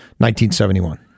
1971